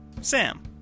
Sam